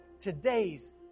today's